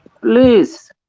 please